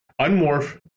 unmorph